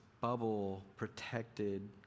bubble-protected